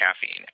caffeine